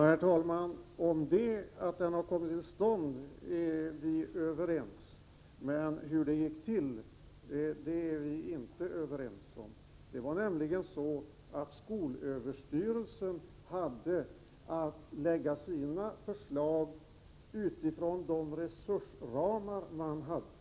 Herr talman! Om detta att skolan kommer till stånd är vi överens, men hur det gick till, det är vi inte överens om. Det var nämligen så att skolöverstyrelsen hade att lägga fram sina förslag utifrån de resursramar man hade.